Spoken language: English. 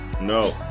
No